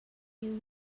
you